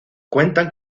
cuentan